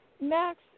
Max